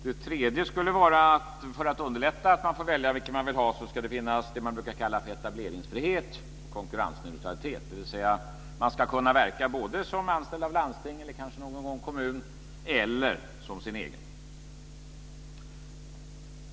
Den tredje skulle vara att det, för att underlätta att man får välja vilken man vill ha, ska finnas det som brukar kallas för etableringsfrihet och konkurrensneutralitet, dvs. att man ska kunna verka både som anställd av landsting eller kanske någon gång av kommun och som sin egen.